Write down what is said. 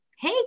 Hey